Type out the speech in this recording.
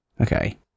Okay